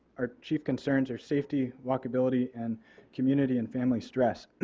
our chief concerns our safety walk ability and community and family stress.